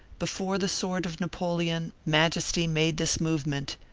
before the sword of napoleon majesty made this movement,